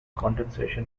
condensation